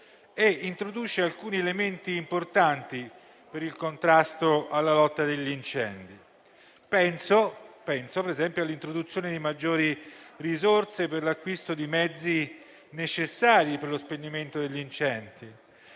E introduce alcuni elementi importanti per il contrasto alla lotta degli incendi: penso - ad esempio - all'introduzione di maggiori risorse per l'acquisto di mezzi necessari per lo spegnimento degli incendi;